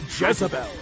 Jezebel